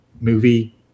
movie